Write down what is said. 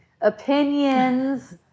opinions